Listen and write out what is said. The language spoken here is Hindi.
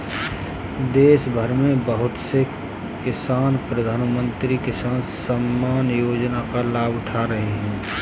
देशभर में बहुत से किसान प्रधानमंत्री किसान सम्मान योजना का लाभ उठा रहे हैं